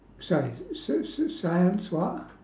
sorry s~ s~ science what